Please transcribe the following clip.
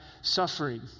suffering